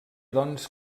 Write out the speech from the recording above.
doncs